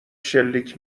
شلیک